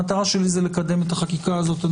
המטרה שלי היא לקדם את החקיקה הזאת.